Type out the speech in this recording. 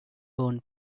burn